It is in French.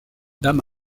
dame